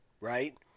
Right